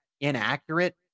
inaccurate